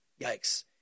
Yikes